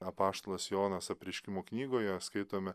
apaštalas jonas apreiškimo knygoje skaitome